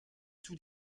tout